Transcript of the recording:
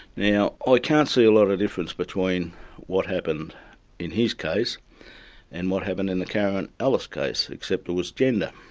now i can't see a lot of difference between what happened in his case and what happened in the karen ellis case, except it was gender.